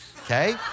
okay